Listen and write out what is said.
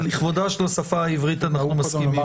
אבל לכבודה של השפה העברית אנחנו מסכימים.